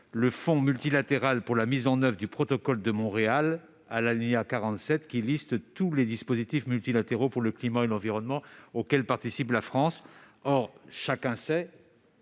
le Fonds multilatéral pour la mise en oeuvre du protocole de Montréal (FMPM) à l'alinéa 47, qui liste tous les dispositifs multilatéraux pour le climat et l'environnement auxquels participe la France. Or chacun sait